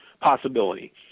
possibility